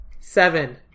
Seven